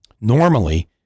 normally